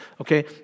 Okay